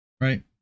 Right